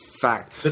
fact